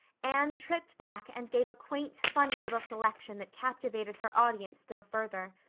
anne tripped back and gave a quaint, funny little selection that captivated her audience still further.